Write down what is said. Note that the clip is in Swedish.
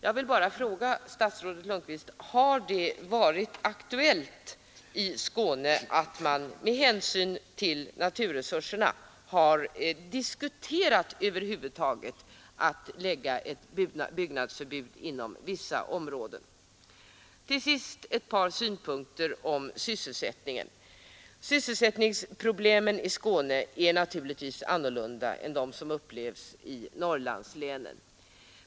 Jag vill bara fråga statsrådet Lundkvist: Har det varit aktuellt i Skåne att med hänsyn till naturresurserna diskutera ett byggnadsförbud inom vissa områden? Till sist ett par synpunkter beträffande sysselsättningen. I Skåne är sysselsättningsproblemen naturligtvis annorlunda än de som upplevs i Norrlandslänen.